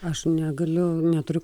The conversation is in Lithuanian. aš negaliu neturiu